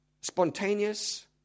spontaneous